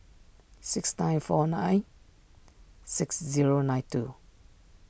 six nine four nine six zero nine two